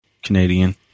Canadian